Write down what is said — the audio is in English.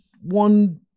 one